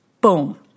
boom